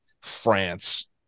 France